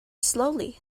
slowly